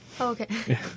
okay